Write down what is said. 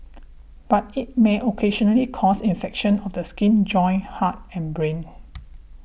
but it may occasionally cause infections of the skin joints heart and brain